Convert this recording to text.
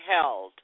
held